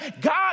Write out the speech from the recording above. God